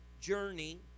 journey